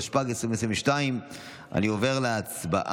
התשפ"ב 2022. אני עובר להצבעה.